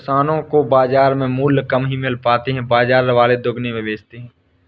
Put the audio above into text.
किसानो को बाजार में मूल्य कम ही मिल पाता है बाजार वाले दुगुने में बेचते है